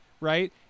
right